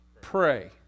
pray